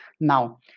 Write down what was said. now